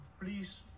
please